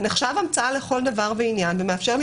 זה נחשב המצאה לכל דבר ועניין ומאפשר לי